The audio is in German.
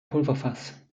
pulverfass